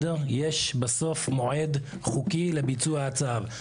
יש בסוף מועד חוקי לביצוע הצו.